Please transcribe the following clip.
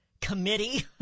committee